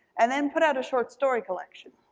and then put out a short story collection,